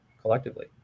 collectively